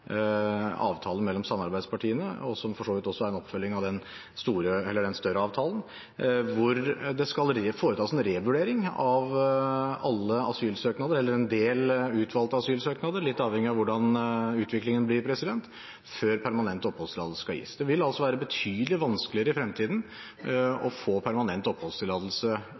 mellom samarbeidspartiene, og som for så vidt er en oppfølging av den større avtalen – hvor det skal foretas en revurdering av en del utvalgte asylsøknader, litt avhengig av hvordan utviklingen blir, før permanent oppholdstillatelse skal gis. Det vil altså være betydelig vanskeligere i fremtiden å få permanent oppholdstillatelse